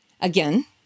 Again